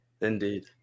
Indeed